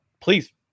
please